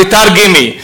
תתרגמי.